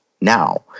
now